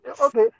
okay